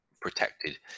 protected